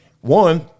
one –